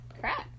Correct